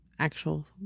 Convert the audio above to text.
actual